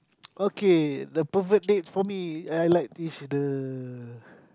okay the perfect date for me I like is the